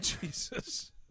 Jesus